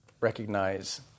recognize